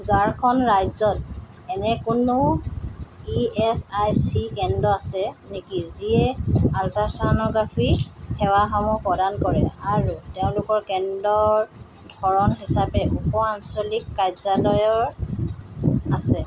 ঝাৰখণ্ড ৰাজ্যত এনে কোনো ইএচআইচি কেন্দ্ৰ আছে নেকি যিয়ে আলট্ৰাছ'ন'গ্ৰাফি সেৱাসমূহ প্ৰদান কৰে আৰু তেওঁলোকৰ কেন্দ্ৰৰ ধৰণ হিচাপে উপ আঞ্চলিক কাৰ্যালয়ৰ আছে